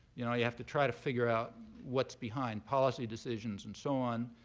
you know you have to try to figure out what's behind policy decisions and so on.